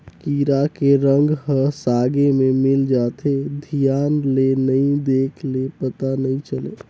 कीरा के रंग ह सागे में मिल जाथे, धियान ले नइ देख ले पता नइ चले